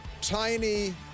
tiny